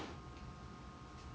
err